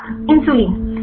छात्र इंसुलिन